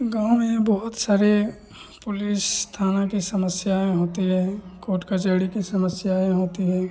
गाँव में बहुत सारे पुलिस थाना की समस्याएँ होती हैं कोट कचहरी की समस्याएँ होती हैं